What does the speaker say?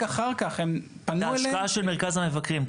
אחר כך הם פנו אלינו --- ההשקעה של מרכז המבקרים.